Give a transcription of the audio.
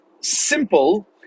simple